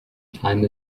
time